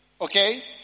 Okay